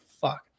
fuck